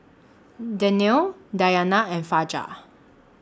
Danial Dayana and Fajar